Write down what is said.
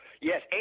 Yes